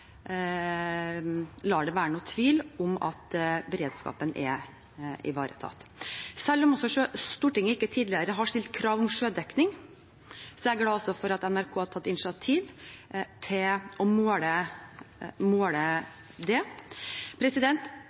lar det være noen tvil om at beredskapen er ivaretatt. Og selv om Stortinget tidligere ikke har stilt krav om sjødekning, er jeg glad for at NRK har tatt initiativ til å måle det.